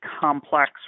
complex